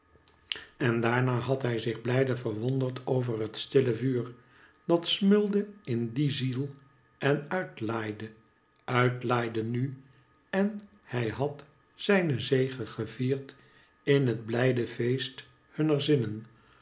en daarna had hij zich blijde verwonderd over het stille vuur dat smeulde in die ziel en uitlaaide uitlaaide nu en hij had zijne zege gevierd in het blijde feest hunner zinnen